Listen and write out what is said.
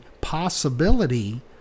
possibility